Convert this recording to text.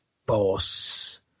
Force